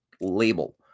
label